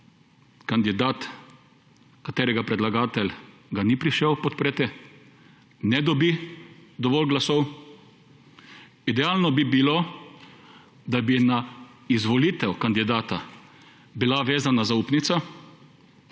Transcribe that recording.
kandidat, katerega predlagatelj ga ni prišel podpreti, ne dobi dovolj glasov. Idealno bi bilo, da bi na izvolitev kandidata bila vezana zaupnica,